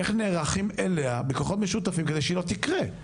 איך נערכים אליה בכוחות משותפים כדי שהיא לא תקרה.